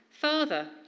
Father